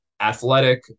athletic